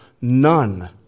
none